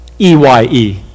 E-Y-E